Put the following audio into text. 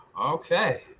Okay